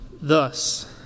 Thus